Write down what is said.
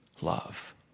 Love